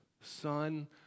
son